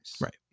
Right